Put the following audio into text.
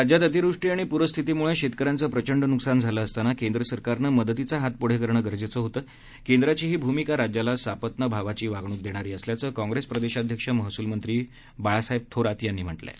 राज्यात अतिवृष्टी आणि पूरस्थितीमुळे शेतकऱ्यांचं प्रचंड नुकसान झालं असताना केंद्र सरकारनं मदतीचा हात पुढे करणं गरजेचं होतं केंद्राची ही भूमिका राज्याला सापत्नभावाची वागणूक देणारी असल्याचं कॉंग्रेस प्रदेशाध्यक्ष महसूल मंत्री बाळासाहेब थोरात यांनी म्हटलं आहे